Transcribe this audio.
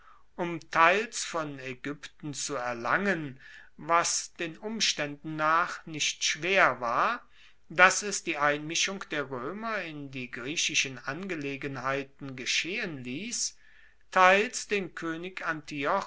um teils von aegypten zu erlangen was den umstaenden nach nicht schwer war dass es die einmischung der roemer in die griechischen angelegenheiten geschehen liess teils den koenig